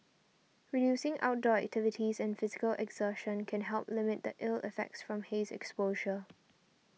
reducing outdoor activities and physical exertion can help limit the ill effects from haze exposure